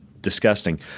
disgusting